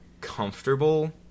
comfortable